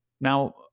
Now